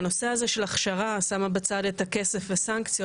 והנושא הזה של הכשרה שמה בצד את הכסף וסנקציות.